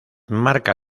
marca